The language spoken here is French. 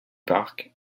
parc